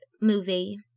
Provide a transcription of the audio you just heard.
movie